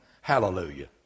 hallelujah